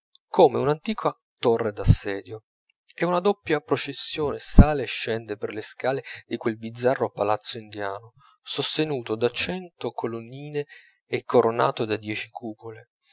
come un'antica torre d'assedio e una doppia processione sale e scende per le scale di quel bizzarro palazzo indiano sostenuto da cento colonnine e coronato da dieci cupole